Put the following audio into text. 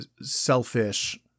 selfish